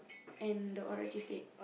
and the Oreo cheesecake